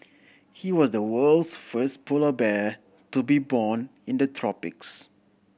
he was the world's first polar bear to be born in the tropics